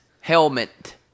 Helmet